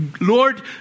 Lord